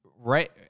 Right